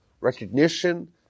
recognition